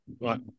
Right